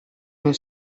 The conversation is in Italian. non